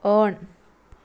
on